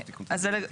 אז מה התיקון?